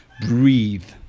breathe